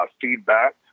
feedback